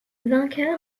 vainqueur